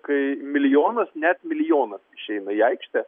kai milijonas net milijonas išeina į aikštę